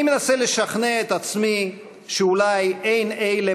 אני מנסה לשכנע את עצמי שאולי אין אלה